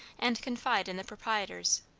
and confide in the proprietors,